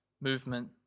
Movement